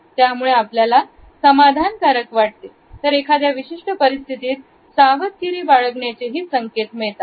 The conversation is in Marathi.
यामुळे आपल्याला समाधान कारक वाटते तर एखाद्या विशिष्ट परिस्थितीत सावधगिरी बाळगण्याचे ही संकेत मिळतात